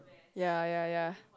ya ya ya